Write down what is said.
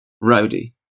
rowdy